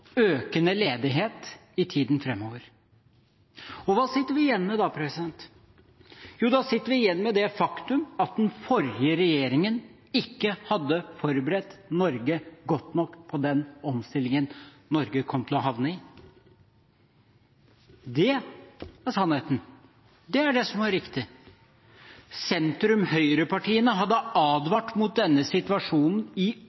økende ledighet i tiden framover. Og hva sitter vi igjen med da? Jo, da sitter vi igjen med det faktum at den forrige regjeringen ikke hadde forberedt Norge godt nok på den omstillingen Norge kom til å havne i. Det er sannheten. Det er det som er riktig. Sentrum–høyre-partiene hadde advart mot denne situasjonen i